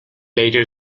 later